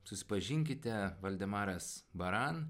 susipažinkite valdemaras baran